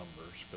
numbers